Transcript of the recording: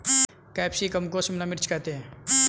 capsicum को शिमला मिर्च करते हैं